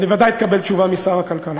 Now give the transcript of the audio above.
ובוודאי תקבל תשובה משר הכלכלה.